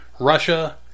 Russia